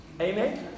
amen